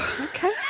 Okay